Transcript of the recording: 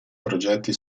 progetti